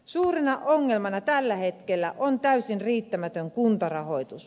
suurena ongelmana tällä hetkellä on täysin riittämätön kuntarahoitus